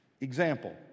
Example